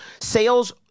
Sales